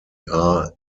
are